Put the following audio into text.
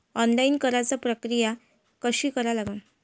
Online कराच प्रक्रिया कशी करा लागन?